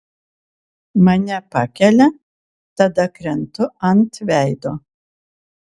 mane pakelia tada krentu ant veido